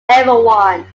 everyone